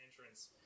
entrance